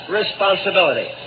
responsibility